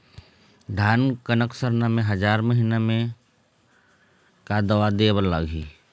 धान कनक सरना मे हजार महीना मे का दवा दे बर लगही?